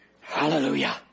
Hallelujah